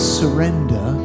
surrender